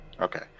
Okay